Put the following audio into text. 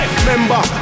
remember